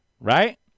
right